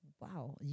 Wow